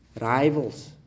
rivals